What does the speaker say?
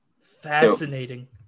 Fascinating